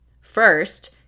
First